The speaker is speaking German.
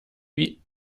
wie